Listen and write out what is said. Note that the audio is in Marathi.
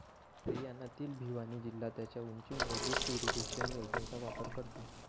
हरियाणातील भिवानी जिल्हा त्याच्या उंचीमुळे लिफ्ट इरिगेशन योजनेचा वापर करतो